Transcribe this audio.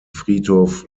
friedhof